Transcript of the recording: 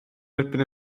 erbyn